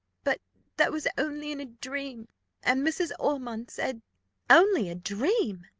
but that was only in a dream and mrs. ormond said only a dream!